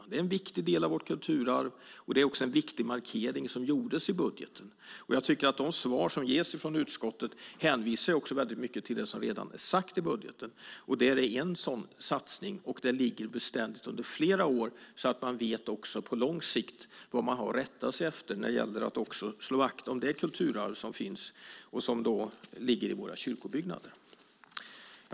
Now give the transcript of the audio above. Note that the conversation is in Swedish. Kyrkorna är en viktig del av vårt kulturarv och det var också en viktig markering som gjordes i budgeten. Jag tycker att de svar som ges från utskottet också hänvisar väldigt mycket till det som redan är sagt i budgeten. Det är en sådan satsning och den ligger beständigt under flera år så att man också på lång sikt vet vad man har att rätta sig efter när det gäller att slå vakt om det kulturarv som finns och som ligger i våra kyrkobyggnader.